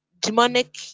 demonic